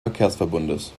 verkehrsverbundes